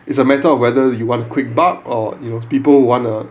it's a matter of whether you want a quick buck or you know or people would wanna